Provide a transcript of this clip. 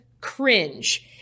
cringe